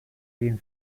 egin